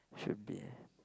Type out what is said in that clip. should be